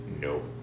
Nope